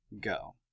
Go